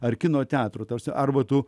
ar kino teatro tarsi arba tu